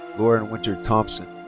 lauren winter thompson.